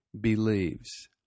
Believes